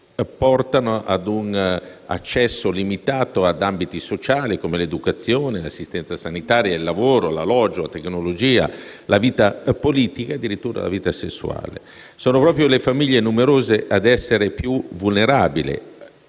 portano ad un accesso limitato ad ambiti sociali, come l'educazione, l'assistenza sanitaria, il lavoro, l'alloggio, la tecnologia, la vita politica e addirittura la vita sessuale. Sono proprio le famiglie numerose ad essere più vulnerabili